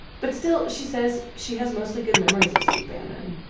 but still, she says she has mostly good memories of steve bannon,